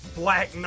black